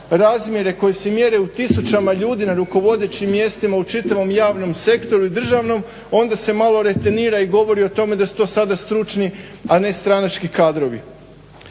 razmjere koji se mjere u tisućama ljudi na rukovodećim mjestima u čitavom javnom sektoru i državnom onda se malo reternira i govori o tome da su to sada stručni, a ne stranački kadrovi.